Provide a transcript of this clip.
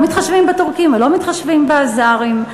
לא מתחשבים בטורקים או לא מתחשבים באזרים?